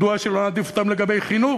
מדוע שלא נעדיף אותם לגבי חינוך?